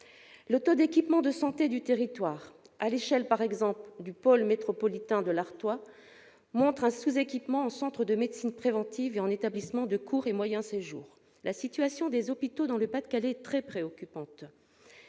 Le taux d'équipement de santé du territoire à l'échelle du pôle métropolitain de l'Artois, par exemple, montre un sous-équipement en centres de médecine préventive et en établissements de court et moyen séjours. La situation des hôpitaux dans le Pas-de-Calais est très préoccupante